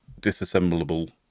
disassemblable